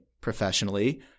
professionally